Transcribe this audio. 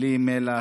בלי מלח,